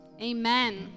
Amen